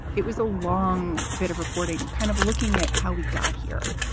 it was a long bit of reporting, kind of looking at how we got here,